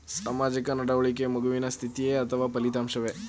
ಸಾಮಾಜಿಕ ನಡವಳಿಕೆಯು ಮಗುವಿನ ಸ್ಥಿತಿಯೇ ಅಥವಾ ಫಲಿತಾಂಶವೇ?